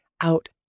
out